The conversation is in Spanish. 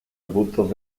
arbustos